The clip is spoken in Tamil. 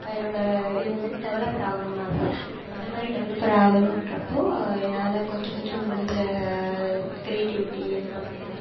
என்னோட இது வந்து டெவலப்பர் ஆகணுன்னு ஆசை இந்த மாதிரி டெவலப்பர் ஆகணும்ன்றப்போ என்னால் கொஞ்சம் கொஞ்சம் முடிஞ்ச கிரியேட்டிவிட்டி இதலாம் பண்ணுவேன்